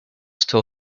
still